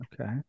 Okay